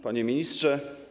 Panie Ministrze!